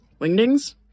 Wingdings